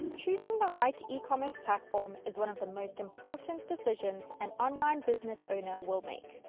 choosing the right ecommerce platform is one of the most important decisions an online business owner will make.